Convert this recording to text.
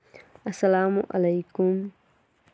اَسَلامُ علیکُم